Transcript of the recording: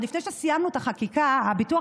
עוד לפני שסיימנו את החקיקה הביטוח